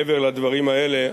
מעבר לדברים האלה.